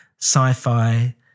sci-fi